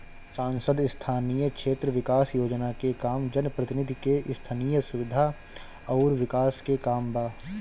सांसद स्थानीय क्षेत्र विकास योजना के काम जनप्रतिनिधि के स्थनीय सुविधा अउर विकास के काम बा